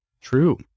True